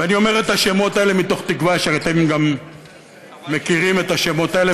ואני אומר את השמות האלה מתוך תקווה שאתם גם מכירים את השמות האלה.